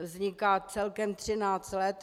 Vzniká celkem třináct let.